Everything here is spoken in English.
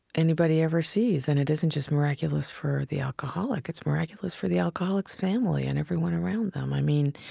anybody ever sees. and it isn't just miraculous for the alcoholic, it's miraculous for the alcoholic's family and everyone around them. i mean,